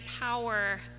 power